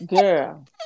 Girl